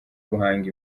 guhanga